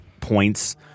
points